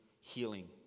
healing